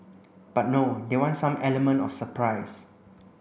but no they want some element of surprise